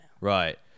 Right